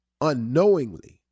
unknowingly